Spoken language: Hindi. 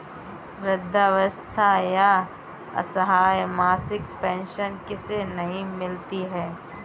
वृद्धावस्था या असहाय मासिक पेंशन किसे नहीं मिलती है?